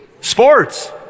Sports